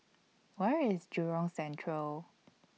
Where IS Jurong Central